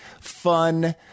fun